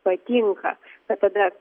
patinka ta tada